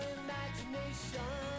imagination